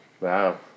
Wow